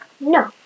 No